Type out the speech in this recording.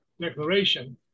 declaration